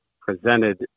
presented